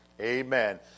Amen